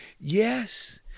Yes